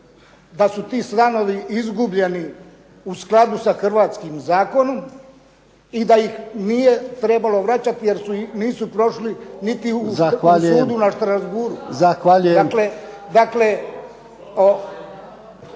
da su ti stanovi izgubljeni u skladu sa hrvatskim zakonom i da ih nije trebalo vraćati jer nisu prošli niti na sudu u Strasbourgu **Jarnjak,